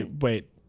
Wait